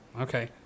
okay